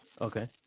Okay